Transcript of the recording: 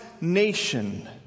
nation